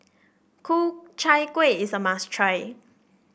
Ku Chai Kuih is a must try